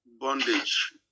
bondage